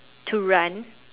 to run